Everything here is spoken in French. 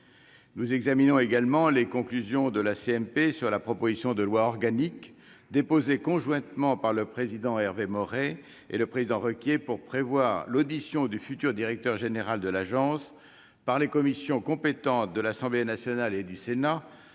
Nous examinons également les conclusions de la commission mixte paritaire sur la proposition de loi organique déposée conjointement par le président Hervé Maurey et le président Requier pour prévoir l'audition du futur directeur général de l'agence par les commissions compétentes de l'Assemblée nationale et du Sénat,